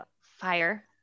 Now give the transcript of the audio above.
fire